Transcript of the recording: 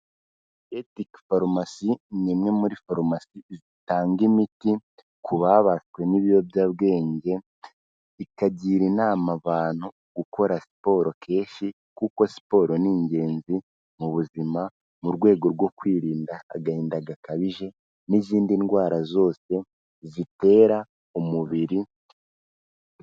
Ethic farumasi ni imwe muri farumasi zitanga imiti ku babaswe n'ibiyobyabwenge, ikagira inama abantu gukora siporo kenshi kuko siporo ni ingenzi mu buzima, mu rwego rwo kwirinda agahinda gakabije n'izindi ndwara zose zitera umubiri.